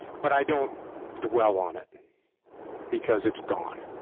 but i don't dwell on it because it's gone.